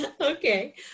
Okay